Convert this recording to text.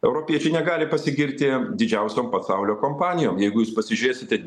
europiečiai negali pasigirti didžiausiom pasaulio kompanijom jeigu jūs pasižiūrėsite